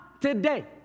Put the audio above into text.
today